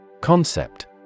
Concept